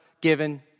given